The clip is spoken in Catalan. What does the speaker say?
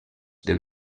del